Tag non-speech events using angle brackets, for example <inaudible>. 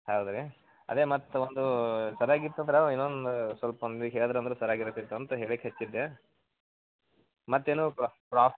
ಹೌದು ರಿ ಅದೇ ಮತ್ತೊಂದು ಸರ್ಯಾಗಿತ್ತಂದ್ರೆ ಇನ್ನೊಂದು ಸ್ವಲ್ಪ <unintelligible> ಹೇಳದ್ರಂದ್ರೆ ಸರ್ಯಾಗಿರ್ತೈತೆ ಅಂತ ಹೇಳಿಕ್ಕೆ ಹಚ್ಚಿದ್ದೆ ಮತ್ತೇನೋ ಪ್ರಾ ಪ್ರಾ